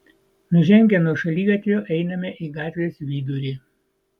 nužengę nuo šaligatvio einame į gatvės vidurį